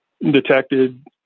detected